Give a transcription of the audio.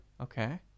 okay